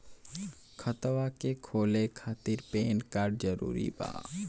खतवा के खोले खातिर पेन कार्ड जरूरी बा?